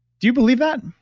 do you believe that?